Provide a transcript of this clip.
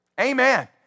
Amen